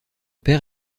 père